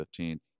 15